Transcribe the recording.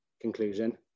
conclusion